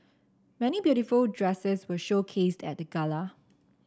many beautiful dresses were showcased at the gala